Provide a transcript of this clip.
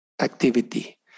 activity